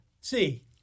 See